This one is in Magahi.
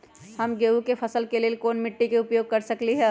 हम गेंहू के फसल के लेल कोन मिट्टी के उपयोग कर सकली ह?